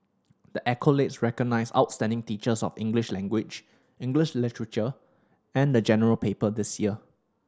the accolade recognise outstanding teachers of English language English literature and the General Paper this year